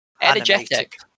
energetic